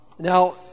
Now